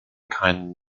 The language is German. keinen